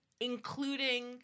including